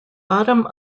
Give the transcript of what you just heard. bottom